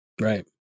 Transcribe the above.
Right